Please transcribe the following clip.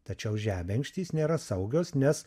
tačiau žebenkštys nėra saugios nes